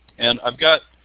and i've got